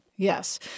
Yes